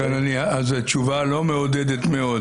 לכן זו תשובה לא מעודדת מאוד.